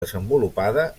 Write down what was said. desenvolupada